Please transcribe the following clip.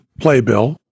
playbill